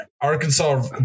Arkansas